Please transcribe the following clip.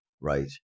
right